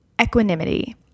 equanimity